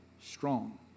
strong